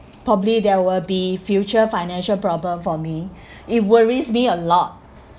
probably there will be future financial problem for me it worries me a lot